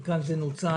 וכאן זה נוצל